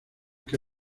que